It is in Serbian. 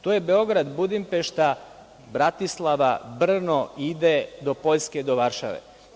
To je Beograd-Budimpešta-Bratislava-Brno, ide do Poljske, do Varšave.